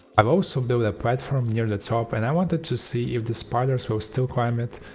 i've also built a platform near the top and i wanted to see if the spiders will still climb it,